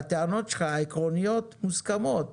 הטענות העקרוניות שלך מוסכמות,